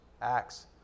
Acts